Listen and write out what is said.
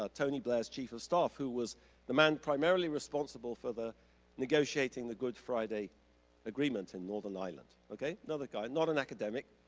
ah tony blair's chief of staff who was the man primarily responsible for negotiating the good friday agreement in northern ireland, okay? another guy, not an academic,